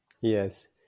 Yes